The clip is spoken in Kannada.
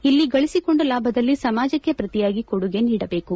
ಇಲ್ಲಿ ಗಳಿಸಿಕೊಂಡ ಲಾಭದಲ್ಲಿ ಸಮಾಜಕ್ಕೆ ಪ್ರತಿಯಾಗಿ ಕೊಡುಗೆ ನೀಡಬೇಕು